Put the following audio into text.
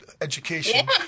education